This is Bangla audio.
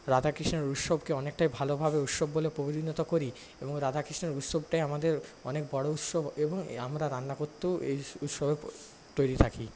রাধা কৃষ্ণের উৎসবকে অনেকটাই ভালোভাবে উৎসব বলে পরিণত করি এবং রাধা কৃষ্ণের উৎসবটাই আমাদের অনেক বড়ো উৎসব এবং আমরা রান্না করতেও এই তৈরি থাকি